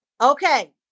Okay